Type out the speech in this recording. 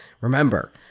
Remember